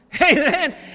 Amen